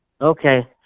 Okay